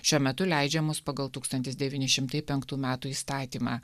šiuo metu leidžiamus pagal tūkstantis devyni šimtai penktų metų įstatymą